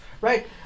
right